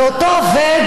ואותו עובד,